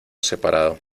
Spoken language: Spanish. separado